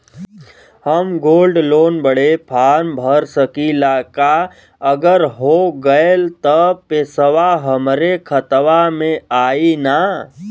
हम gold loan बड़े form भर सकी ला का अगर हो गैल त पेसवा हमरे खतवा में आई ना?